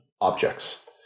objects